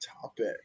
topic